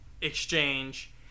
exchange